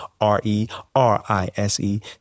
R-E-R-I-S-E